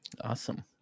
Awesome